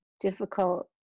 difficult